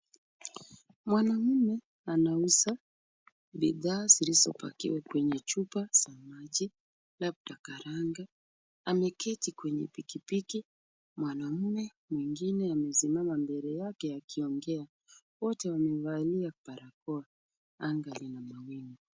Mwanaume anauza bidhaa zilizopakiwa kwenye chupa za maji, labda karange. Ameketi kwenye pikipiki. Mwanaume mwingine amesimama mbele yake akiongea. Wote wamevalia barakoa. Anga lina mawingu.